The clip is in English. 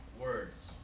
words